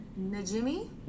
Najimi